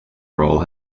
role